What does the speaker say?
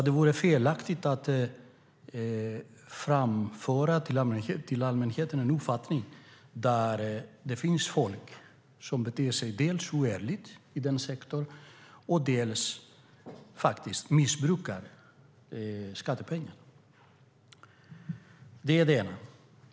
Det vore felaktigt att framföra till allmänheten en uppfattning att det finns folk som dels beter sig oärligt i den sektorn, dels faktiskt missbrukar skattepengar. Det är det ena.